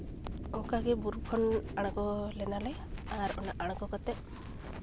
ᱚᱱᱠᱟᱜᱮ ᱵᱩᱨᱩ ᱠᱷᱚᱱ ᱟᱬᱜᱳ ᱞᱮᱱᱟᱞᱮ ᱟᱨ ᱚᱱᱟ ᱟᱬᱜᱳ ᱠᱟᱛᱮ